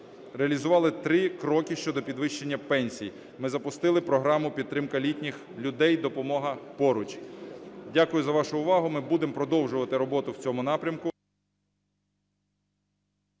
реалізували три кроки щодо підвищення пенсій. Ми запустили програму підтримки літніх людей "Допомога поруч". Дякую за вашу увагу. Ми будемо продовжувати роботу в цьому напрямку.